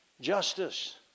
justice